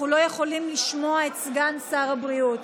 אנחנו לא יכולים לשמוע את סגן שר הבריאות.